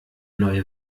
neue